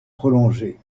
prolonger